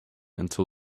until